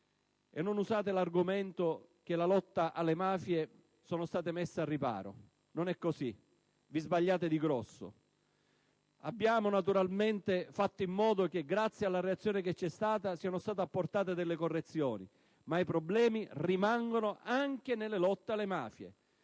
E non usate l'argomento che la lotta alle mafie è stata messa al riparo: non è così, vi sbagliate di grosso. Abbiamo naturalmente fatto in modo che, grazie alla reazione che c'è stata, siano state apportate delle correzioni, ma i problemi rimangono, anche nella lotta alle mafie.